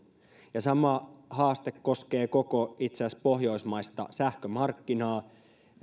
ja sama haaste koskee itse asiassa koko pohjoismaista sähkömarkkinaa